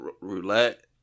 roulette